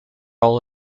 all